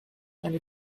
eine